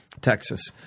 Texas